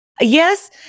Yes